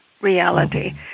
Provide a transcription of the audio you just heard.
reality